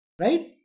Right